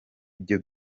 ibyo